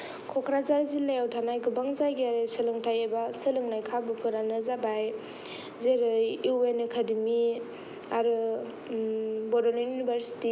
कक्राझार जिल्लायाव थानाय गोबां जायगायारि सोलोंथाय एबा सोलोंनाय खाबुफोरानो जाबाय जेरै इउ एन एकाडेमि आरो बड'लेण्ड इउनिभारसिटी